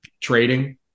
trading